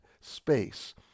space